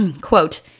quote